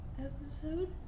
episode